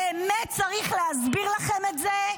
באמת צריך להסביר לכם את זה?